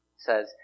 says